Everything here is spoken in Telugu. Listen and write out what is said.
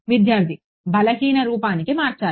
విద్యార్థి బలహీన రూపానికి మార్చాలి